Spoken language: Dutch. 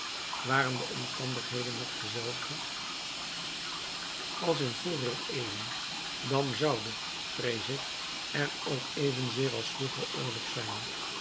waren de omstandigheden nog dezelfde als in vroegere eeuwen dan zoude vrees ik er ook evenzeer als vroeger oorlog zijn